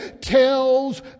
tells